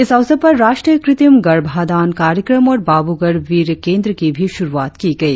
इस अवसर पर राष्ट्रीय कृतिम गर्भाधान कार्यक्रम और बाब्रगढ़ वीर्य केंद्र की भी श्रुआत की गई